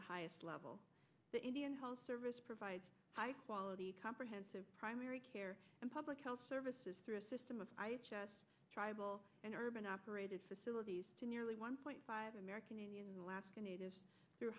the highest level the indian health service provides high quality comprehensive primary care and public health services through a system of tribal and urban operated facilities to nearly one point five american indians alaskan native through